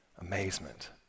amazement